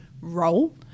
role